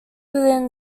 within